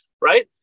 right